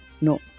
No